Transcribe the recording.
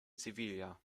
sevilla